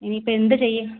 ഇനി ഇപ്പോൾ എന്ത് ചെയ്യും